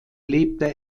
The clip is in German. lebte